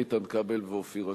איתן כבל ואופיר אקוניס.